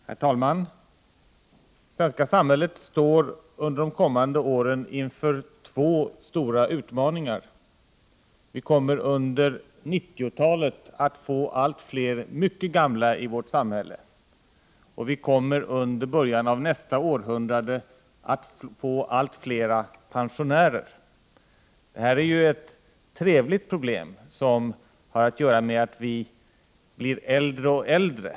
Herr talman! Det svenska samhället står under de kommande åren inför två stora utmaningar. Vi kommer under 1990-talet att få allt fler mycket gamla människor i vårt samhälle, och vi kommer under början av nästa århundrade att få allt fler pensionärer. Det här är ett trevligt problem som har att göra med att vi blir äldre och äldre.